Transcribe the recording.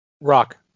Rock